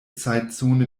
zeitzone